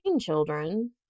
children